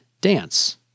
Dance